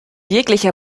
jeglicher